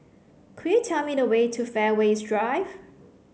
could you tell me the way to Fairways Drive